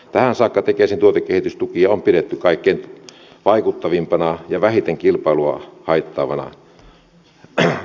tähän saakka tekesin tuotekehitystukia on pidetty kaikkein vaikuttavimpana ja vähiten kilpailua haittaavana tukimuotona